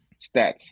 stats